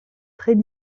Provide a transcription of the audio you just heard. très